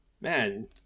man